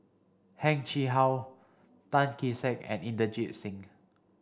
Heng Chee How Tan Kee Sek and Inderjit Singh